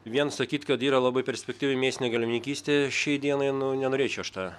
vien sakyt kad yra labai perspektyvi mėsinė galvijininkystė šiai dienai nu nenorėčiau aš tą